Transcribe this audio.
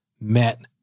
met